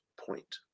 point